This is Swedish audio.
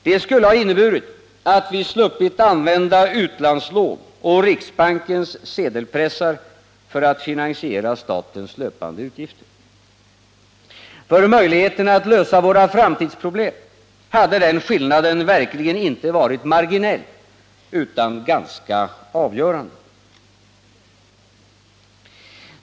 Det skulle ha inneburit att vi sluppit att använda utlandslån och riksbankens sedelpressar för att finansiera statens löpande utgifter. För möjligheten att lösa våra framtidsproblem hade den skillnaden verkligen inte varit marginell, utan ganska avgörande.